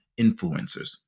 influencers